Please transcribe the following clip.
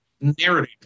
narrative